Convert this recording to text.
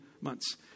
months